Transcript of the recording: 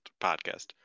podcast